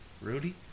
Rudy